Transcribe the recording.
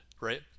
right